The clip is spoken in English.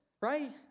right